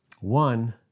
one